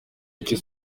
icyo